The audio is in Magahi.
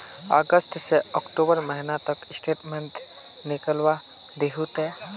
अगस्त से अक्टूबर महीना का स्टेटमेंट निकाल दहु ते?